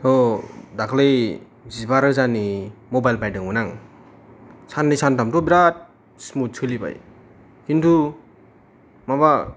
दाख्लै जिबारोजानि मबाइल बायदोंमोन आं साननै सानथामथ' बिराथ स्मुथ सोलिबाय खिन्थु माबा